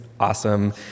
awesome